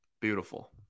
Beautiful